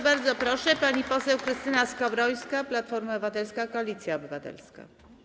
Bardzo proszę, pani poseł Krystyna Skowrońska, Platforma Obywatelska - Koalicja Obywatelska.